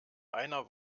einer